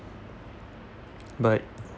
bye